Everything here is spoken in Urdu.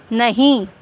نہیں